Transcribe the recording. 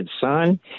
Son